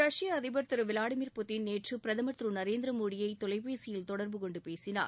ரஷ்ய அதிபர் Thiru Vladimir Putin நேற்று பிரதமர் திரு நரேந்திர மோடியை தொலைபேசியில் தொடர்புகொண்டு பேசினார்